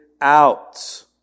out